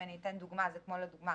לדוגמה,